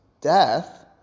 death